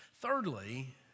Thirdly